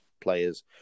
players